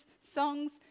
songs